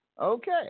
Okay